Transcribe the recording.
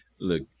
look